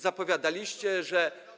Zapowiadaliście, że.